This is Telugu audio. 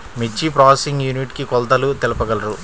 మిర్చి ప్రోసెసింగ్ యూనిట్ కి కొలతలు తెలుపగలరు?